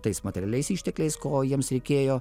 tais materialiais ištekliais ko jiems reikėjo